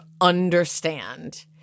understand